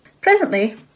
Presently